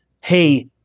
hey